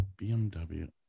BMW